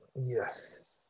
Yes